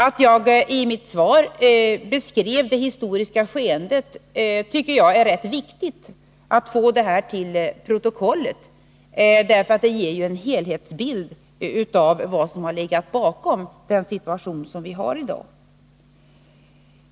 Att jag i mitt svar beskrev det historiska skeendet beror på att jag tycker det är rätt viktigt att få detta till protokollet, för det ger en helhetsbild av vad som har legat bakom den situation vi har i dag.